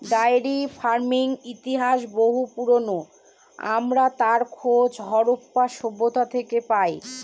diary ফার্মিংয়ের ইতিহাস বহু পুরোনো, আমরা তার খোঁজ হরপ্পা সভ্যতা থেকে পাই